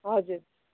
हजुर